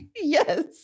Yes